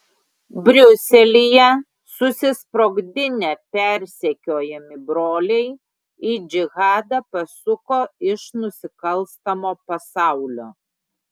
briuselyje susisprogdinę persekiojami broliai į džihadą pasuko iš nusikalstamo pasaulio